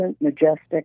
majestic